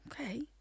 okay